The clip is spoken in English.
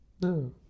No